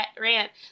rant